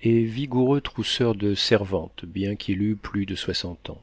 et vigoureux trousseur de servantes bien qu'il eût plus de soixante ans